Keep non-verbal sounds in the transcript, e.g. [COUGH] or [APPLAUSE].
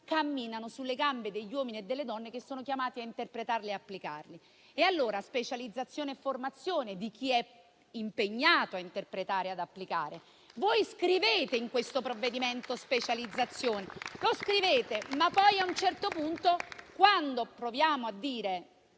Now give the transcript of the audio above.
camminano sulle gambe degli uomini e delle donne che sono chiamati a interpretarle e applicarle. Occorre allora specializzazione e formazione di chi è impegnato a interpretare, ad applicare. [APPLAUSE] Voi in questo provvedimento scrivete "specializzazione", ma poi, a un certo punto, quando proviamo a dire